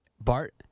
Bart